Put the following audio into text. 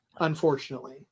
Unfortunately